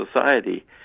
society